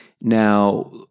Now